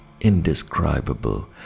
indescribable